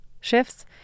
shifts